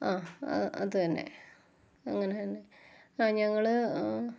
ആ അ അത് തന്നെ അങ്ങനെ തന്നെ ആ ഞങ്ങള്